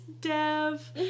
Dev